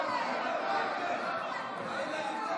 רגע, רגע.